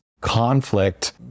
conflict